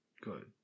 Good